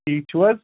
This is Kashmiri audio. ٹھیٖک چھُو حظ